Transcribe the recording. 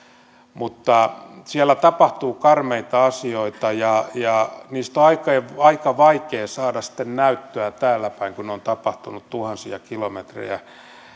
mutta siellä tapahtuu karmeita asioita ja ja niistä on aika vaikea saada sitten näyttöä täälläpäin kun ne ovat tapahtuneet tuhansia kilometrejä